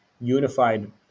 unified